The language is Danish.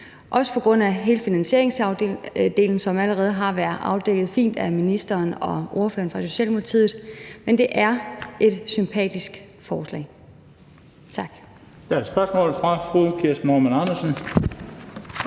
også på grund af hele finansieringsdelen, som allerede har været afdækket fint af ministeren og af ordføreren for Socialdemokratiet. Men det er et sympatisk forslag. Tak.